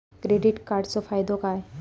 Credit कार्डाचो फायदो काय?